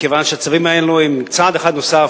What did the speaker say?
מכיוון שהצווים האלו הם צעד אחד נוסף